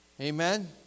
Amen